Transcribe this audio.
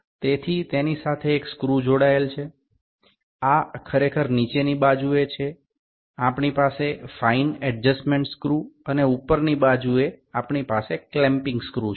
તેથી તેની સાથે એક સ્ક્રૂ જોડાયેલ છે આ ખરેખર નીચેની બાજુ એ છે આપણી પાસે ફાઇન એડજસ્ટમેન્ટ સ્ક્રૂ છે અને ઉપરની બાજુએ આપણી પાસે ક્લેમ્પીંગ સ્ક્રૂ છે